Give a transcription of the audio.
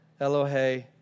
Elohe